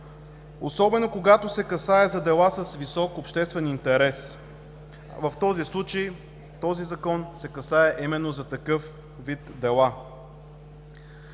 особено когато се касае за дела с висок обществен интерес, а в този случай, в този Закон, се касае именно за такъв вид дела.